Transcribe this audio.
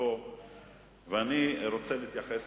אני מציע,